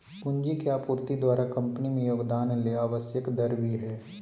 पूंजी के आपूर्ति द्वारा कंपनी में योगदान ले आवश्यक दर भी हइ